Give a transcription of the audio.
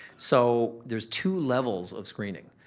so, there's two levels of screening.